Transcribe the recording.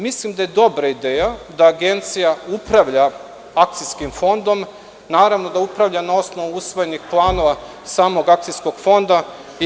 Mislim da je dobra ideja da Agencija upravlja Akcijskim fondom, da upravlja na osnovu usvojenih planova samog Akcijskog fonda.